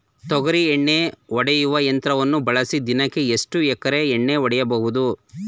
ತೊಗರಿ ಎಣ್ಣೆ ಹೊಡೆಯುವ ಯಂತ್ರವನ್ನು ಬಳಸಿ ದಿನಕ್ಕೆ ಎಷ್ಟು ಎಕರೆ ಎಣ್ಣೆ ಹೊಡೆಯಬಹುದು?